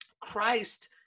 Christ